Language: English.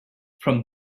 from